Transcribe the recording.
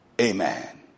Amen